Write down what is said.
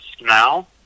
now